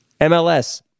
MLS